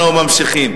אנחנו ממשיכים.